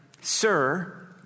Sir